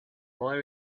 boy